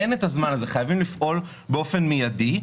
אין את הזמן הזה, חייבים לפעול באופן מידי.